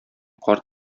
карт